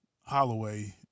Holloway